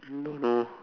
don't know